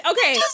Okay